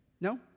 No